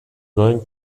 going